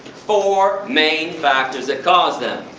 four main factors that cause them.